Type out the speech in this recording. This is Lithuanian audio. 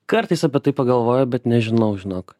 kartais apie tai pagalvoju bet nežinau žinok